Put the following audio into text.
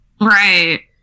Right